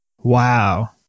Wow